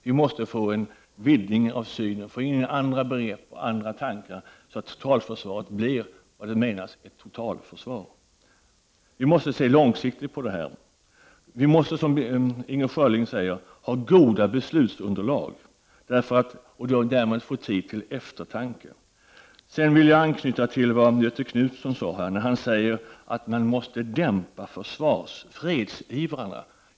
Vi måste få en vidgning av synen på försvarspolitiken, vi måste se till att få med andra begrepp och andra tankar, så att totalförsvaret blir vad som menas med ett totalförsvar. Vi måste se långsiktigt på dessa frågor. Vi måste, som Inger Schörling säger, ha goda beslutsunderlag och därmed få tid till eftertanke. Jag vill också anknyta till vad Göthe Knutson sade. Han sade att man måste dämpa fredsivrarna.